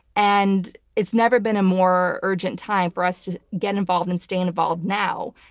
and it's never been a more urgent time for us to get involved and stay involved now,